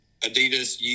Adidas